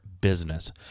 business